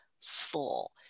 full